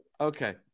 Okay